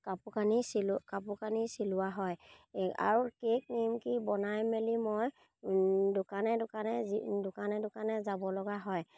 কাপোৰ কানি চিলোঁ কাপোৰ কানি চিলোৱা হয় আৰু কেক নিমকি বনাই মেলি মই দোকানে দোকানে দোকানে দোকানে যাব লগা হয়